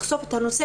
לחשוף את הנושא,